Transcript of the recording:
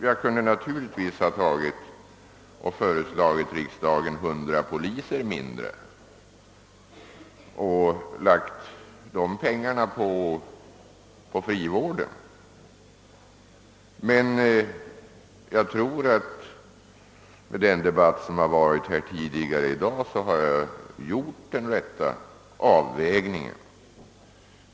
Jag kunde naturligtvis ha föreslagit riksdagen 100 poliser mindre och i stället lagt dessa pengar på frivården. Jag tror dock att den debatt som förts tidigare i dag visar att jag har gjort den rätta avvägningen.